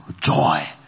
joy